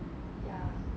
ya